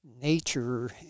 nature